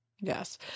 Yes